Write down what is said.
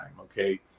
Okay